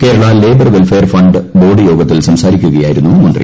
Kerala labour welfare fund board യോഗത്തിൽ സംസാരിക്കുകയായിരുന്നു മന്ത്രി